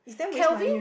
Kelvin